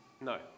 No